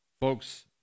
Folks